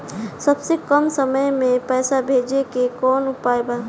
सबसे कम समय मे पैसा भेजे के कौन उपाय बा?